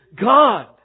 God